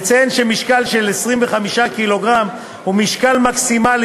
נציין שמשקל 25 קילוגרם הוא המשקל המקסימלי